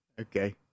Okay